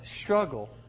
struggle